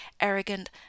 arrogant